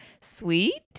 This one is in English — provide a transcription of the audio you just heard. sweet